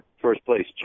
first-place